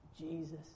Jesus